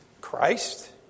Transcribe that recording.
Christ